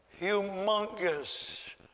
humongous